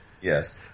Yes